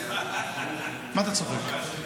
מה אתה צוחק?